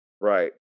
Right